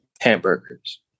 Hamburgers